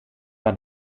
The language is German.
war